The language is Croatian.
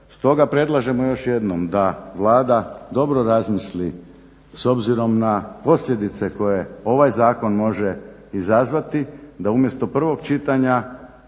Stoga predlažemo još jednom da Vlada dobro razmisli s obzirom na posljedice koje ovaj zakon može izazvati da umjesto prvog čitanja